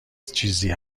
چیزی